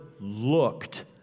looked